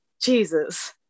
Jesus